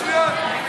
מצוין.